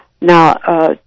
Now